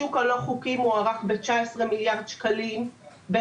השוק הלא חוקי מוערך ב-19,000,000,000 ₪ בין